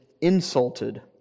insulted